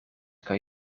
kan